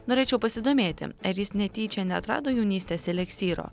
norėčiau pasidomėti ar jis netyčia neatrado jaunystės eleksyro